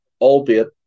albeit